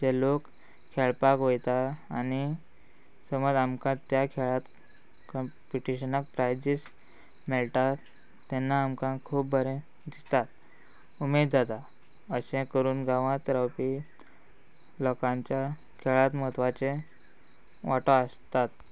जे लोक खेळपाक वयता आनी समज आमकां त्या खेळांत कंपिटिशनाक प्रायजीस मेळटा तेन्ना आमकां खूब बरें दिसतात उमेद जाता अशें करून गांवांत रावपी लोकांच्या खेळांत म्हत्वाचे वांटो आसतात